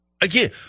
Again